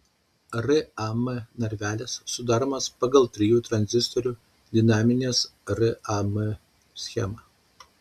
ram narvelis sudaromas pagal trijų tranzistorių dinaminės ram schemą